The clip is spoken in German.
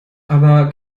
aber